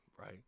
right